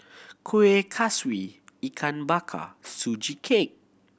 Kueh Kaswi Ikan Bakar Sugee Cake